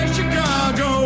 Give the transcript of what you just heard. Chicago